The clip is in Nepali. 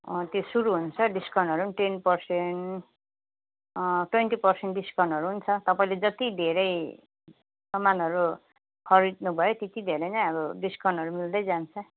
त्यो सुरु हुन्छ डिस्काउन्टहरू पनि टेन पर्सेन्ट ट्वेन्टी पर्सेन्ट डिस्काउन्टहरू नि छ तपाईँले जति धेरै सामानहरू खरिद्नु भयो त्यति धेरै नै अब डिस्काउन्टहरू मिल्दै जान्छ